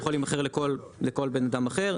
הוא יכול להימכר לכל בן אדם אחר,